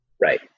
Right